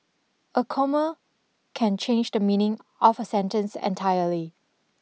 a comma can change the meaning of a sentence entirely